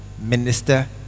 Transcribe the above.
minister